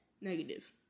Negative